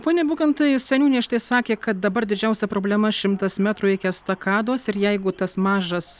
pone bukantai seniūnė štai sakė kad dabar didžiausia problema šimtas metrų iki estakados ir jeigu tas mažas